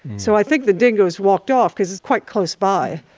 so i think the dingoes walked off, because it's quite close by.